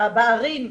בערים,